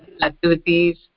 activities